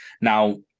Now